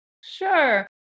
Sure